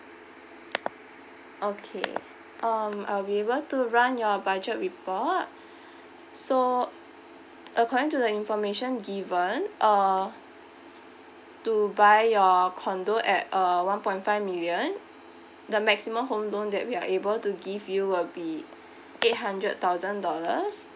okay um I'll be able to run your budget report so according to the information given uh to buy your condo at uh one point five million the maximum home loan that we are able to give you will be eight hundred thousand dollars